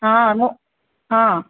ହଁ ମୁଁ ହଁ